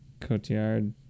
Cotillard